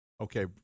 okay